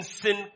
sin